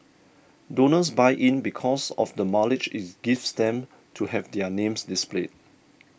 donors buy in because of the mileage it gives them to have their names displayed